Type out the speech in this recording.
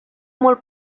molt